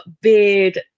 beard